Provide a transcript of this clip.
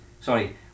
sorry